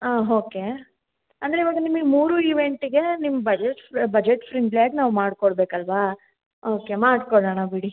ಹಾಂ ಹೋಕೆ ಅಂದರೆ ಇವಾಗ ನಿಮ್ಗ ಮೂರು ಇವೆಂಟ್ಗೆ ನಿಮ್ಮ ಬಜೆಟ್ ಬಜೆಟ್ ಫ್ರೆಂಡ್ಲಿ ಆಗಿ ನಾವು ಮಾಡ್ಕೊಡ್ಬೇಕು ಅಲ್ಲವಾ ಓಕೆ ಮಾಡ್ಕೊಡೋಣ ಬಿಡಿ